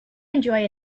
enjoy